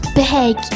big